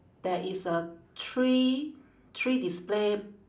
there is a three three display